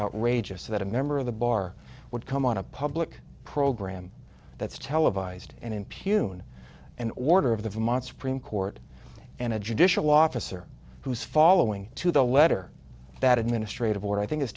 outrageous that a member of the bar would come on a public program that's televised and impugn an order of the vermont supreme court and a judicial officer who's following to the letter that administrative order i think i